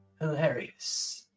hilarious